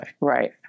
Right